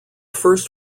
first